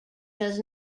does